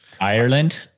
Ireland